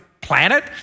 planet